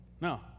no